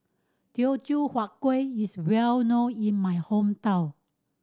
Teochew Huat Kueh is well known in my hometown